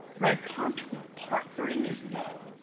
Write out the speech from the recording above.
right? partnering partnering is no.